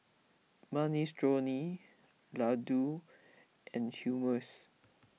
Minestrone Ladoo and Hummus